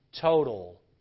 Total